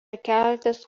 keletas